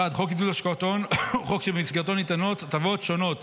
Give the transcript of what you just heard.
חוק עידוד השקעות הון הוא חוק שבמסגרתו ניתנות הטבות שונות